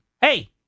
hey